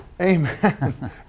Amen